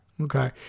okay